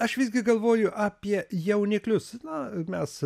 aš visgi galvoju apie jauniklius na mes